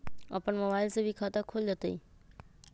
अपन मोबाइल से भी खाता खोल जताईं?